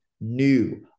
new